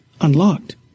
unlocked